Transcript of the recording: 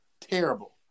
terrible